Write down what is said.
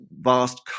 vast